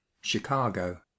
Chicago